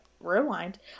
rewind